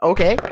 Okay